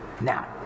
Now